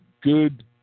good